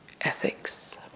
ethics